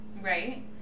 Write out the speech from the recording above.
Right